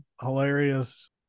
hilarious